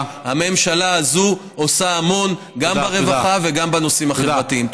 הממשלה הזאת עושה המון גם ברווחה וגם בנושאים החברתיים.